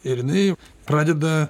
ir jinai pradeda